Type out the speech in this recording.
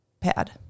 pad